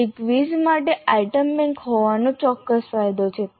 તેથી ક્વિઝ માટે item bank હોવાનો ચોક્કસ ફાયદો છે